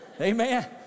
Amen